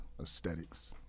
aesthetics